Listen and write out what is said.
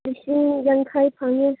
ꯂꯤꯁꯤꯡ ꯌꯥꯡꯈꯩ ꯐꯪꯉꯦ